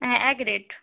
হ্যাঁ এক রেট